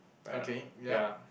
okay yup